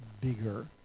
bigger